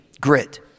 grit